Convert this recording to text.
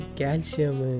calcium